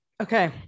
okay